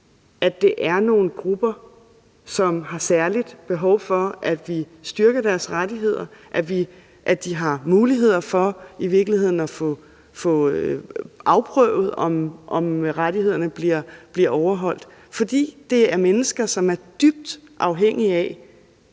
de angår nogle grupper, som har særligt behov for, at vi styrker deres rettigheder; at de har muligheder for i virkeligheden at få afprøvet, om rettighederne bliver overholdt. For det handler altså om børn, som er afhængige af,